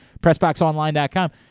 PressBoxOnline.com